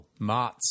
Martz